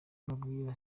mbabwira